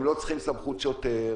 הם לא צריכים סמכות שוטר,